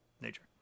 nature